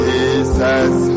Jesus